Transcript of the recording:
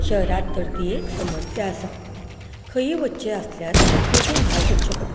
शहरांत तर ती एक समस्या आसा खंयूय वचचें आसल्यार बेगीन भायर सरचें पडटा